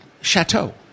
chateau